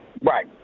Right